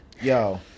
yo